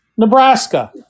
Nebraska